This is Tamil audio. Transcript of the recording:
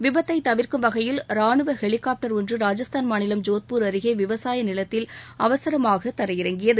விபத்தை தவிர்க்கும் வகையில் ராணுவ ஹெலிகாப்டர் ஒன்று ராஜஸ்தான் மாநிலம் ஜோத்பூர் அருகே விவசாய நிலத்தில் அவசரமாகத் தரையிறங்கியது